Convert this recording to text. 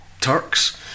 Turks